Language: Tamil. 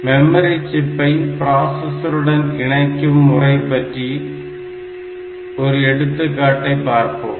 மெமரி சிப்பை பிராசஸருடன் இணைக்கும் முறை பற்றிய ஒரு எடுத்துக்காட்டை பார்ப்போம்